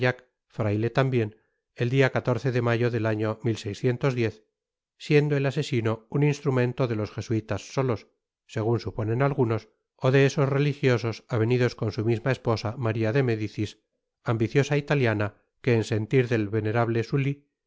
tambien et dia de mayo det año siendo et asesino un instrumento de tos jesuitas sotos segun suponen atgunos o de esos retigiosos avenidos con su misma esposa maría de mediéis ambiciosa itatiana que en sentir det venerabte sutty